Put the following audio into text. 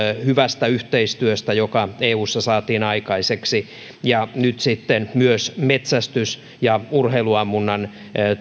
hyvästä yhteistyöstä joka eussa saatiin aikaiseksi ja nyt sitten myös metsästys ja urheiluammunnan